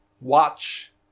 watch